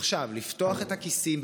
עכשיו לפתוח את הכיסים,